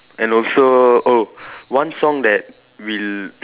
and also oh one song that will